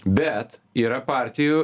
bet yra partijų